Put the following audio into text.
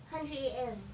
hundred A_M